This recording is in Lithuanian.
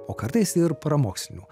o kartais ir paramokslinių